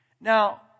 Now